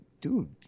dude